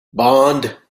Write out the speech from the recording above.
bond